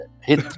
hit